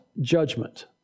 judgment